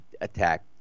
attack